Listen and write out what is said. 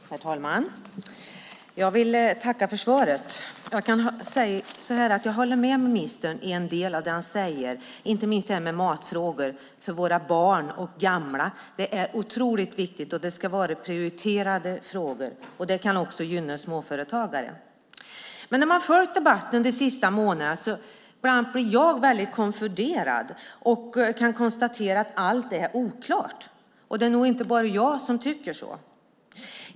Herr talman! Jag vill tacka för svaret. Jag håller med ministern om en del av det han säger, inte minst i matfrågor. Frågor om mat för våra barn och gamla är otroligt viktiga och ska vara prioriterade frågor. Det kan även gynna småföretagare. Jag har följt debatten de senaste månaderna och blivit väldigt konfunderad och kan konstatera att allt är oklart. Det är nog inte bara jag som tycker så.